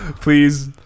please